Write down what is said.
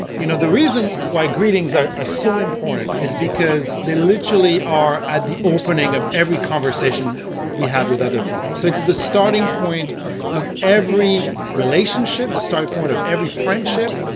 you know the reason why greetings are are so important is because they literally are at the opening of every conversation we have with other people. so it's the starting point of every relationship, the starting point of every friendship,